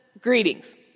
Greetings